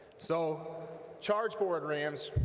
so charge forward rams,